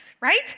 right